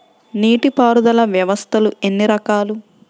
నీటిపారుదల వ్యవస్థలు ఎన్ని రకాలు?